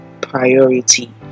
priority